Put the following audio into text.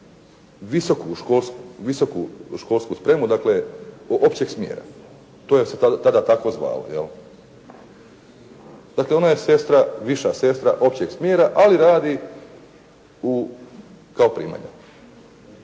visoku školsku spremu, dakle općeg smjera. To se tada tako zvalo, jel'. Dakle, ona je sestra, viša sestra općeg smjera, ali radi kao primalja.